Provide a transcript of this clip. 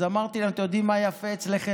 אז אמרתי להם: אתם יודעים מה יפה אצלכם?